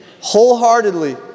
wholeheartedly